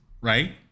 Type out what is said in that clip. right